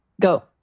Go